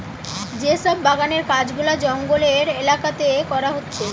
যে সব বাগানের কাজ গুলা জঙ্গলের এলাকাতে করা হচ্ছে